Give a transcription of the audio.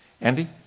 Andy